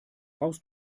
baust